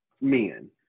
men